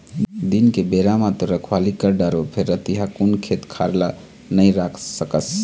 दिन के बेरा म तो रखवाली कर डारबे फेर रतिहा कुन खेत खार ल नइ राख सकस